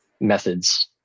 methods